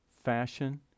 fashion